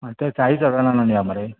ते साई सदनानान या मरे